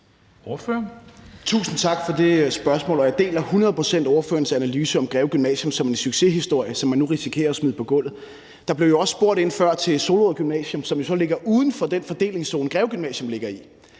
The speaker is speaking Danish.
Tusind tak for det spørgsmål. Jeg deler hundrede procent spørgerens analyse af Greve Gymnasium som en succeshistorie, som man nu risikerer at smide på gulvet. Der blev jo også før spurgt ind til Solrød Gymnasium, som jo så ligger uden for den fordelingszone, Greve Gymnasium ligger i.